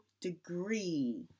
degree